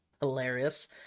hilarious